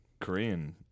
Korean